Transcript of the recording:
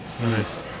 nice